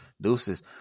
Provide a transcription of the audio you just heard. deuces